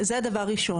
זה, זה דבר ראשון.